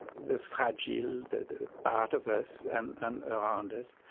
the fragile, the part of us, and and around us.